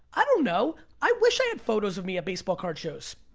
i don't know, i wish i had photos of me at baseball card shows.